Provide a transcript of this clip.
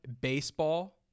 baseball